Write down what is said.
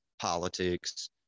politics